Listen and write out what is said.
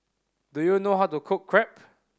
do you know how to cook Crepe